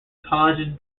collagen